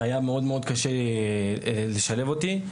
וזה היה מאוד מאוד קשה לשלב אותי.